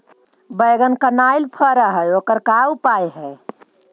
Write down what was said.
बैगन कनाइल फर है ओकर का उपाय है?